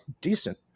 decent